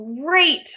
great